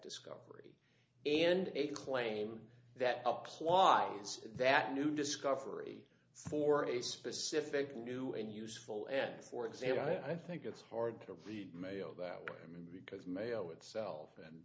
discovery and they claim that apply that new discovery for a specific new and useful and for example i think it's hard to read mail that i mean because mayo itself and